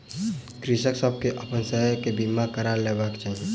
कृषक सभ के अपन शस्य के बीमा करा लेबाक चाही